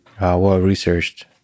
Well-researched